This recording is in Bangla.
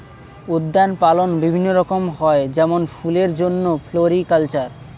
উদ্যান পালন বিভিন্ন রকম হয় যেমন ফুলের জন্যে ফ্লোরিকালচার